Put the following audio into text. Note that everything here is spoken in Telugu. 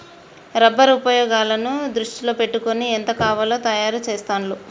రబ్బర్ ఉపయోగాలను దృష్టిలో పెట్టుకొని ఎంత కావాలో తయారు చెస్తాండ్లు